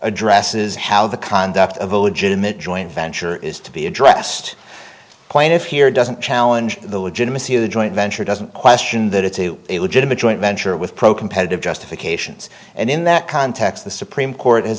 addresses how the conduct of a legitimate joint venture is to be addressed plaintiff here doesn't challenge the legitimacy of the joint venture doesn't question that it's a legitimate joint venture with pro competitive justifications and in that context the supreme court